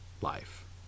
life